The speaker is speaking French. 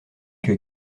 que